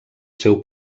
seu